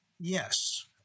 Yes